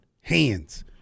Hands